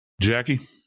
Jackie